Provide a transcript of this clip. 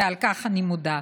ועל כך אני מודה.